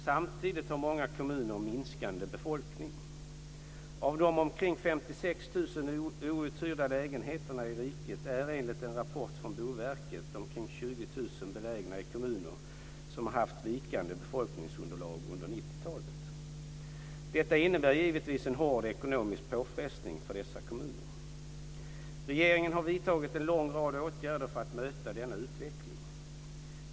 Samtidigt har många kommuner minskande befolkning. Av de omkring 56 000 outhyrda lägenheterna i riket är enligt en rapport från Boverket omkring 20 000 belägna i kommuner som haft vikande befolkningsunderlag under 1990-talet. Detta innebär givetvis en hård ekonomisk påfrestning för dessa kommuner. Regeringen har vidtagit en lång rad åtgärder för att möta denna utveckling.